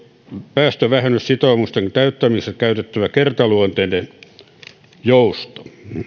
päästövähennyssitoumusten täyttämisessä käytettävä kertaluonteinen jousto